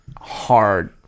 hard